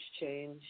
change